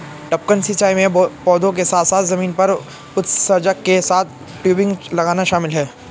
टपकन सिंचाई में पौधों के साथ साथ जमीन पर उत्सर्जक के साथ टयूबिंग लगाना शामिल है